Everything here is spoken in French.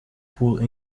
pour